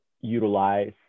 utilize